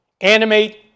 animate